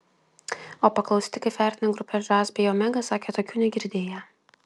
o paklausti kaip vertina grupes žas bei omega sakė tokių negirdėję